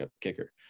kicker